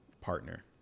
partner